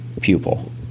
pupil